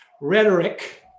rhetoric